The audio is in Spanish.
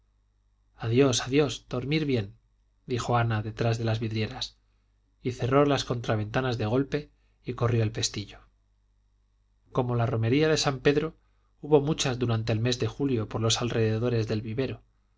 adiós adiós dormir bien dijo ana detrás de las vidrieras y cerró las contraventanas de golpe y corrió el pestillo como la romería de san pedro hubo muchas durante el mes de julio por los alrededores del vivero